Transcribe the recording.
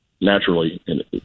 Naturally